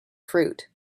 fruit